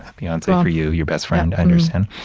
fiance for you, your best friend. i understand.